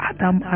Adam